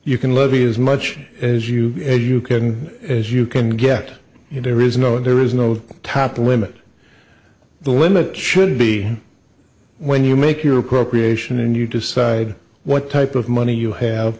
you can levy as much as you as you can as you can get you there is no there is no top limit the limit should be when you make your appropriation and you decide what type of money you have